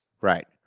Right